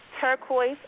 turquoise